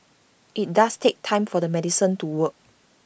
IT does take time for the medicine to work